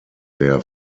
der